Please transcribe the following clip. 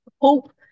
Hope